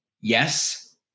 Yes